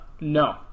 No